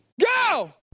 Go